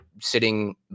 sitting